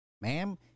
Ma'am